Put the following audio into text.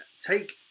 take